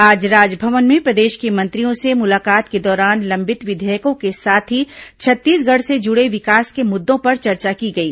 आज राजभवन में प्रदेश के मंत्रियों से मुलाकात के दौरान लंबित विधेयकों के साथ ही छत्तीसगढ़ से जुड़े विकास के मुद्दों पर चर्चा की गई